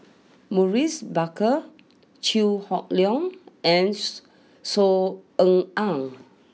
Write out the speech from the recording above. Maurice Baker Chew Hock Leong and Sue Saw Ean Ang